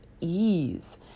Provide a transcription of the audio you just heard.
ease